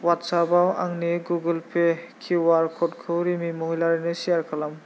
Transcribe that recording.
व्हाट्सेपाव आंनि Google Pay QR क'डखौ रिमि महिलारिनो सेयार खालाम